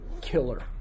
killer